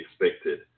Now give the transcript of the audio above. expected